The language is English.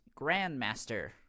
Grandmaster